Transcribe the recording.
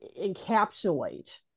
encapsulate